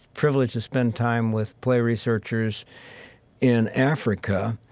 privileged to spend time with play researchers in africa,